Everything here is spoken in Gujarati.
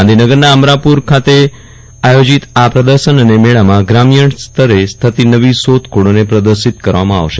ગાંધીનગરના અમરાપુર ખાતે આયોજિત આ પ્રદર્શન અને મેળામાં ત્રામીણ સ્તરે થતી નવી શોધ ખોળોને પ્રદર્શિત કરવામાં આવશે